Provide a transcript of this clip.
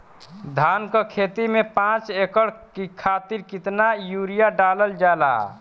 धान क खेती में पांच एकड़ खातिर कितना यूरिया डालल जाला?